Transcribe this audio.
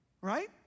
right